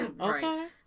okay